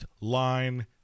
line